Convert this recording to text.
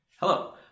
Hello